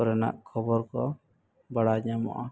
ᱠᱚᱨᱮᱱᱟᱜ ᱠᱷᱚᱵᱚᱨ ᱠᱚ ᱵᱟᱲᱟᱭ ᱧᱟᱢᱚᱜᱼᱟ